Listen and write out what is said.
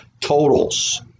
totals